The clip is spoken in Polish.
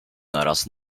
naraz